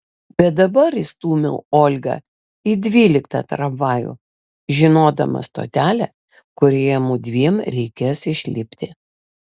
bet dabar įstūmiau olgą į dvyliktą tramvajų žinodama stotelę kurioje mudviem reikės išlipti